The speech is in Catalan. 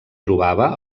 trobava